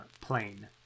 Plane